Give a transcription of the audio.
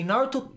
Naruto